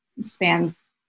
spans